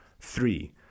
Three